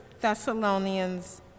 Thessalonians